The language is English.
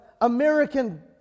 American